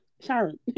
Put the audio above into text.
Sharon